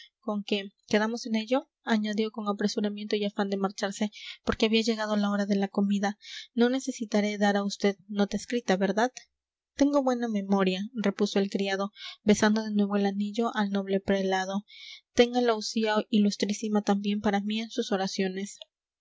con que quedamos en ello añadió con apresuramiento y afán de marcharse porque había llegado la hora de la comida no necesitaré dar a usted nota escrita verdad tengo buena memoria repuso el criado besando de nuevo el anillo al noble prelado téngala usía ilustrísima también para mí en sus oraciones